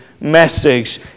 message